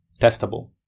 testable